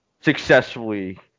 successfully